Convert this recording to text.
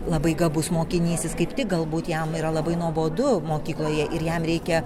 labai gabus mokinys jis kaip tik galbūt jam yra labai nuobodu mokykloje ir jam reikia